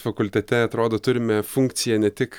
fakultete atrodo turime funkciją ne tik